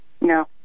No